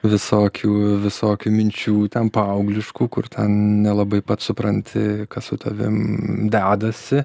visokių visokių minčių ten paaugliškų kur ten nelabai pats supranti kas su tavim dedasi